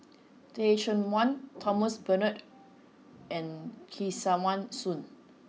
Teh Cheang Wan Thomas Braddell and Kesavan Soon